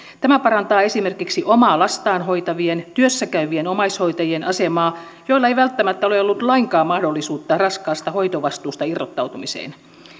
tämä parantaa esimerkiksi omaa lastaan hoitavien työssä käyvien omaishoitajien asemaa joilla ei välttämättä ole ollut lainkaan mahdollisuutta raskaasta hoitovastuusta irrottautumiseen